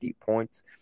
points